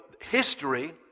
history